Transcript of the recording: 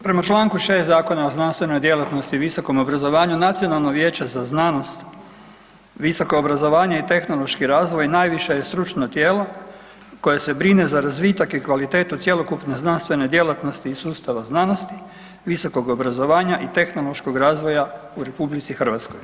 Prema čl. 6. Zakona o znanstvenoj djelatnosti i visokom obrazovanju, Nacionalno vijeće za znanost, visoko obrazovanje i tehnološki razvoj najviše je stručno tijelo koje se brine za razvitak i kvalitetu cjelokupne znanstvene djelatnosti iz sustava znanosti, visokog obrazovanja i tehnološkog razvoja u RH.